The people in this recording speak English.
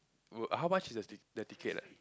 w~ how much is the the ticket ah